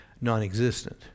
non-existent